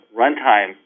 runtime